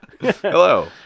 Hello